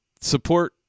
support